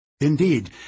Indeed